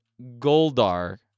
Goldar